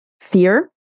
fear